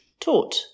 Taught